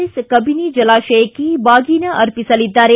S Kabini ಜಲಾಶಯಕ್ಕೆ ಬಾಗಿನ ಅರ್ಪಿಸಲಿದ್ದಾರೆ